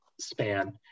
span